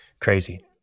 Crazy